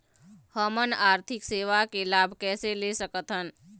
हमन आरथिक सेवा के लाभ कैसे ले सकथन?